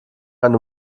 eine